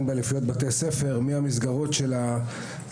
באליפויות בתי ספר מהמסגרות האזוריות,